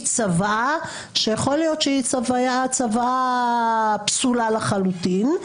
צוואה שיכול להיות שהיא צוואה פסולה לחלוטין?